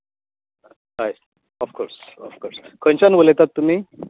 हय of course of course खंयच्यान उलयतात तुमी